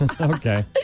Okay